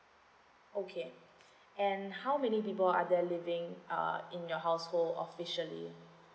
okay and how many people are there living uh in your household officially